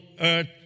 earth